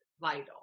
vital